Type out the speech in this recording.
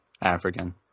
African